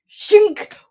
Shink